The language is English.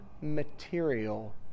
material